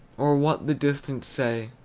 or what the distant say